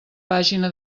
pàgina